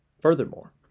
Furthermore